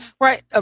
Right